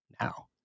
now